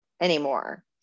anymore